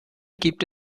gibt